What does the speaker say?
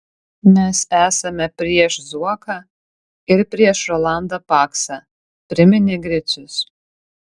mes esame prieš zuoką ir prieš rolandą paksą priminė gricius